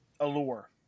Allure